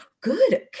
good